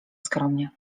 skromnie